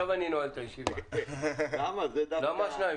למה שניים?